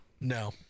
No